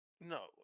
No